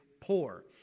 poor